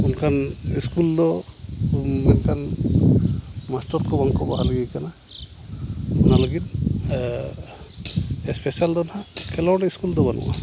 ᱚᱱᱠᱟᱱ ᱤᱥᱠᱩᱞᱫᱚ ᱢᱮᱱᱠᱷᱟᱱ ᱢᱟᱥᱴᱟᱨᱠᱚ ᱵᱟᱝᱠᱚ ᱵᱟᱦᱟᱞᱤ ᱟᱠᱟᱱᱟ ᱚᱱᱟ ᱞᱟᱹᱜᱤᱫ ᱮᱥᱯᱮᱥᱟᱞᱫᱚ ᱱᱟᱦᱟᱜ ᱠᱷᱮᱞᱳᱰ ᱤᱥᱠᱩᱞᱫᱚ ᱵᱟᱹᱱᱩᱜᱼᱟ